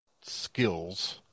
skills